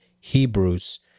hebrews